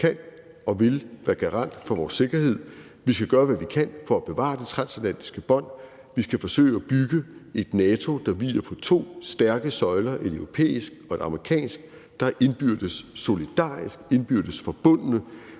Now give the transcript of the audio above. USA kan og vil være garant for vores sikkerhed. Vi skal gøre, hvad vi kan, for at bevare det transatlantiske bånd, og vi skal forsøge at bygge et NATO, der hviler på to stærke søjler, en europæisk og en amerikansk, der er indbyrdes solidariske, indbyrdes forbundne,